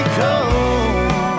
cold